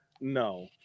no